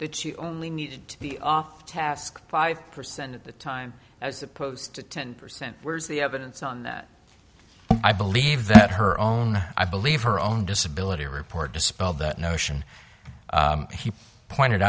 that you only need to be off task five percent of the time as opposed to ten percent where's the evidence on that i believe that her own i believe her own disability report dispel that notion he pointed